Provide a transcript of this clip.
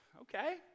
okay